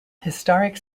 historic